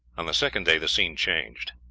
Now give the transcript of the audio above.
on the second day the scenery changed.